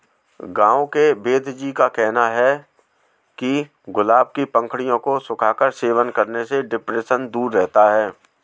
गांव के वेदजी का कहना है कि गुलाब के पंखुड़ियों को सुखाकर सेवन करने से डिप्रेशन दूर रहता है